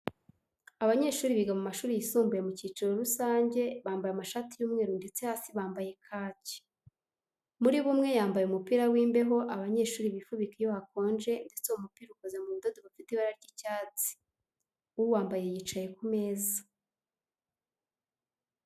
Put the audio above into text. Abanyeshuri biga mu mashuri yisumbuye mu cyiciro rusange, bambaye amshati y'umweru ndetse hasi bambaye kaki. Muri bo umwe yambaye umupira w'imbeho abanyeshuri bifubika iyo hakonje ndetse uwo mupira ukoze mu budodo bufite ibara ry'icyatsi. Uwambaye yicaye ku meza.